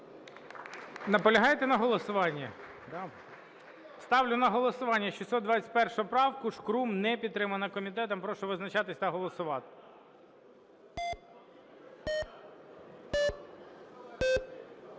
Наполягаєте на голосуванні? Ставлю на голосування 621 правку Шкрум. Не підтримана комітетом. Прошу визначатись та голосувати.